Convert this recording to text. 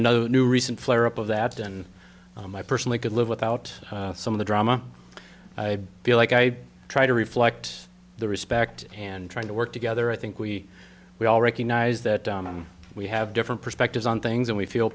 another new recent flare up of that and i personally could live without some of the drama i feel like i try to reflect the respect and trying to work together i think we we all recognize that we have different perspectives on things and we feel